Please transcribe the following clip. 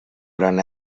gran